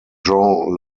jean